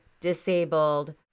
disabled